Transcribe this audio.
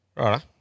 Right